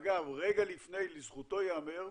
אגב, לזכותו ייאמר,